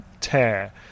tear